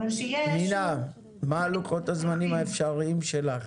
פנינה מה לוחות הזמנים האפשריים שלך